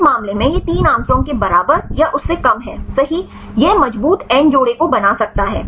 इस मामले में यह 3 एंग्स्ट्रॉम के बराबर या उससे कम हैसही यह मजबूत एन्ड जोड़े को बना सकता है